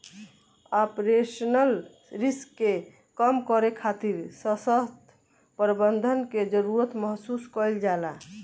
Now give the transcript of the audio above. operational risk के कम करे खातिर ससक्त प्रबंधन के जरुरत महसूस कईल जाला